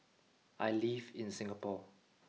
I live in Singapore